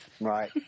Right